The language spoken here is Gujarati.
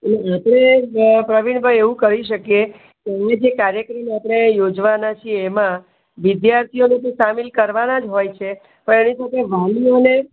એટલે પ્રવીણભાઈ એવું કરી શકી એ કાર્ય કરીને આપણે યોજવાના છીએ એમાં વિદ્યાર્થીઓને તો સામિલ કરવાના જ હોય છે પણ એની સાથે વાલીઓને